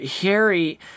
Harry